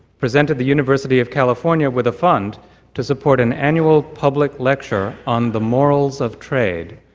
presented the university of california with a fund to support an annual public lecture on the morals of trade,